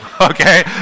Okay